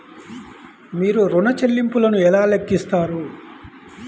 మీరు ఋణ ల్లింపులను ఎలా లెక్కిస్తారు?